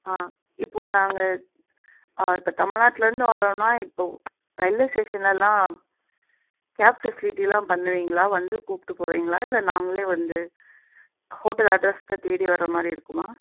ஆ இப்போது நாங்கள் ஆ இப்போ தமிழ்நாட்டில இருந்து வரோம்ன்னால் இப்போது ரயில்வே ஸ்டேஷன்லலாம் கேப் ஃபெசிலிட்டிலாம் பண்ணுவீங்களா வந்து கூப்பிட்டு போவீங்களா இல்லை நாங்களே வந்து ஹோட்டல் அட்ரெஸ்ஸுக்கு தேடி வரமாதிரி இருக்குதுமா